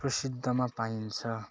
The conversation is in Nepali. प्रसिद्धमा पाइन्छ